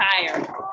tire